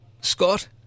Scott